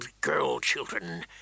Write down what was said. girl-children